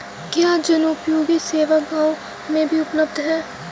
क्या जनोपयोगी सेवा गाँव में भी उपलब्ध है?